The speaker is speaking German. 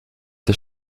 der